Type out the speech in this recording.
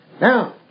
Now